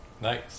Nice